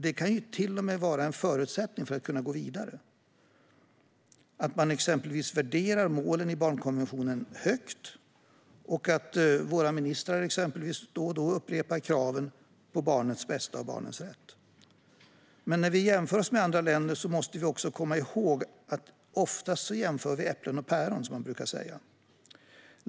Det kan till och med vara en förutsättning för att kunna gå vidare att man exempelvis värderar målen i barnkonventionen högt och att våra ministrar då och då upprepar kraven på barnets bästa och barnets rätt. Men när vi jämför oss med andra länder måste vi komma ihåg att vi oftast jämför äpplen med päron, som man brukar säga.